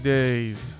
Days